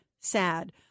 sad